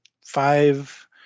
five